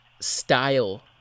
style